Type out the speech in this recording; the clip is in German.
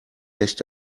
echt